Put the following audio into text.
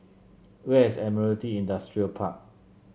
where is Admiralty Industrial Park